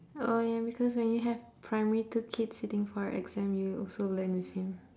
oh ya because when you have primary two kid sitting for a exam you also learn with him